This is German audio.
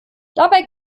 dabei